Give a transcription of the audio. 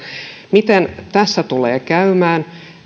miten tässä tulee käymään